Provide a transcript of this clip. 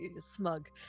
smug